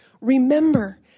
remember